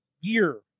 year